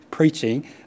preaching